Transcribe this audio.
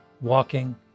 walking